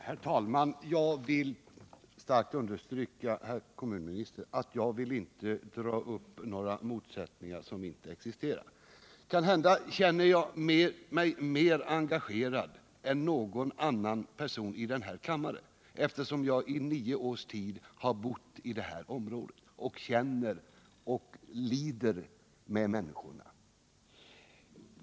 Herr talman! Jag vill starkt understryka, herr kommunminister, att jag inte vill dra upp några motsättningar som inte existerar. Måhända känner jag mig mer engagerad i denna fråga än någon annan person i denna kammare, eftersom jag under nio års tid har bott i detta område och känner och lider med människorna där.